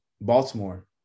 Baltimore